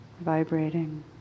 vibrating